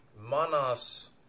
manas